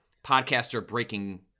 podcaster-breaking